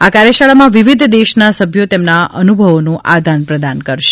આ કાર્યશાળામાં વિવિધ દેશના સભ્યો તેમના અનુભવોનું પણ આદાનપ્રદાન કરશે